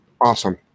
Awesome